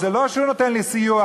זה לא שהוא נותן לי סיוע.